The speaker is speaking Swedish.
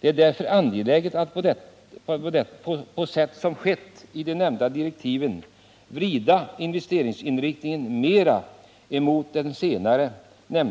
Det är därför angeläget att på sätt som skett i de nämnda direktiven vrida investeringsinriktningen mera emot det senare vägnätet utan